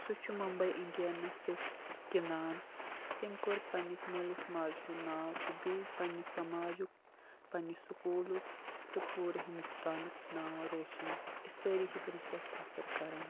سُہ چھُ ممبٕے انڈینس سۭتۍ گِنٛدان تٔمۍ کوٚر پننس مٲلِس ماجہِ ہُنٛد ناو تہٕ بیٚیہِ پننہِ سماجُک پننہِ سکوٗلُک تہٕ پوٗرٕ ہندوستانُک ناو روشن أسۍ سٲری چھِ تٔمِس پٮ۪ٹھ فخٕرکران